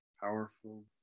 Powerful